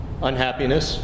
Unhappiness —